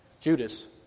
Judas